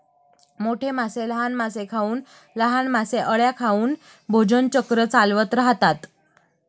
मोठे मासे लहान मासे खाऊन, लहान मासे अळ्या खाऊन भोजन चक्र चालवत राहतात